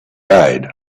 died